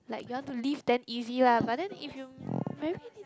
like you want to leave then easy lah but then if you